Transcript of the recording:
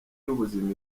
y’ubuzima